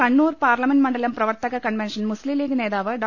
Kannur parliament മണ്ഡലം പ്രവർത്തക convention Muslim League നേതാവ് ഡോ